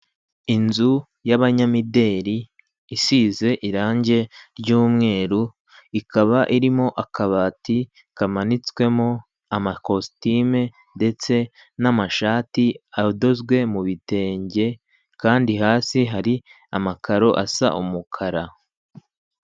Inzu y'abanyamideli isize irangi ry'umweru ikaba irimo akabati kamanitswemo amakositime ndetse n'amashati adozwe mu bitenge kandi hasi hari amakaro asa umukara.